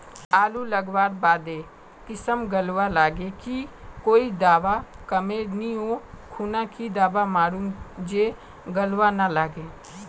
आलू लगवार बात ए किसम गलवा लागे की कोई दावा कमेर नि ओ खुना की दावा मारूम जे गलवा ना लागे?